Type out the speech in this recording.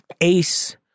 ACE